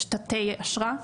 יש תתי אשרה.